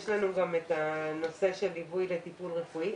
יש לנו גם את הנושא של ליווי לטיפול רפואי.